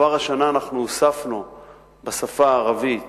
כבר השנה הוספנו אלפי שעות לימוד בשפה הערבית,